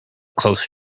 close